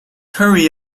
hurry